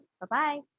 bye-bye